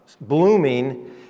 blooming